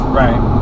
right